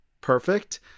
perfect